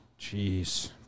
Jeez